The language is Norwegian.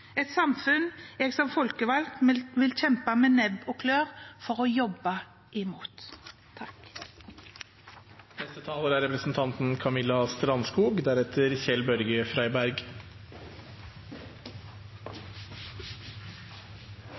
et samfunn jeg som folkevalgt vil kjempe med nebb og klør for å jobbe